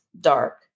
dark